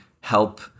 help